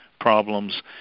problems